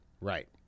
Right